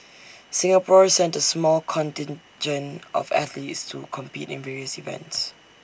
Singapore sent A small contingent of athletes to compete in various events